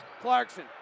Clarkson